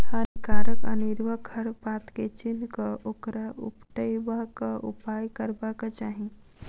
हानिकारक अनेरुआ खर पात के चीन्ह क ओकरा उपटयबाक उपाय करबाक चाही